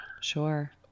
Sure